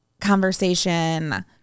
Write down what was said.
conversation